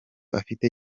afite